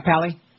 Pally